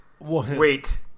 Wait